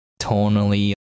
tonally